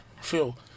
Phil